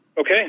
Okay